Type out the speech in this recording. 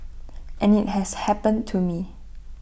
and IT has happened to me